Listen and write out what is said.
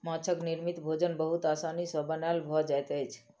माँछक निर्मित भोजन बहुत आसानी सॅ बनायल भ जाइत अछि